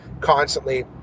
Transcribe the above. constantly